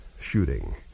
shooting